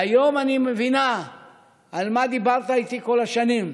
והיום אני מבינה על מה דיברת איתי כל השנים,